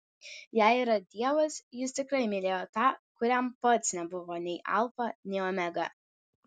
jei yra dievas jis tikrai mylėjo tą kuriam pats nebuvo nei alfa nei omega